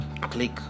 Click